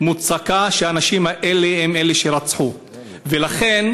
מוצקה שהאנשים האלה הם אלה שרצחו, ולכן